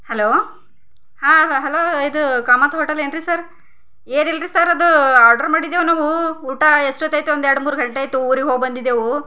hello ಹಾಂ hello ಇದು Kamath hotel ಏನ್ರಿ ಸರ್ ಏನಿಲ್ರಿ ಸರ್ ಅದು ಆರ್ಡರ್ ಮಾಡಿದೆವು ನಾವು ಊಟ ಎಷ್ಟು ಹೊತ್ತಾಯಿತು ಒಂದು ಎರಡು ಮೂರು ಗಂಟೆ ಆಯಿತು ಊರಿಗೆ ಹೋಗಿ ಬಂದಿದ್ದೆವು